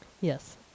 yes